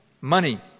Money